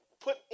put